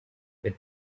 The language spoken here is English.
with